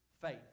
faith